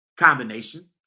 combination